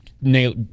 nail